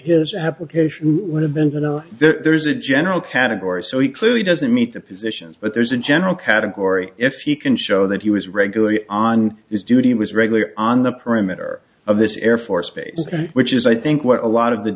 his application would have been to know there's a general category so he clearly doesn't meet the positions but there's a general category if he can show that he was regularly on his duty was regularly on the perimeter of this air force base which is i think what a lot of the